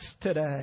today